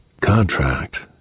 Contract